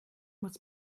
muss